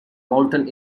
moulton